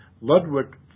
Ludwig